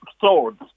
Swords